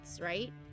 right